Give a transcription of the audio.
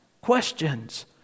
questions